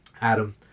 Adam